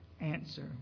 answer